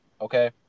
okay